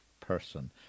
person